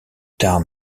tarn